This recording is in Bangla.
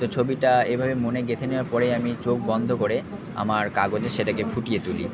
তো ছবিটা এভাবে মনে গেঁথে নেওয়ার পরেই আমি চোখ বন্ধ করে আমার কাগজে সেটাকে ফুটিয়ে তুলি